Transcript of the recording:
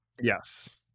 Yes